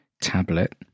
tablet